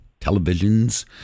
televisions